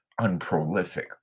unprolific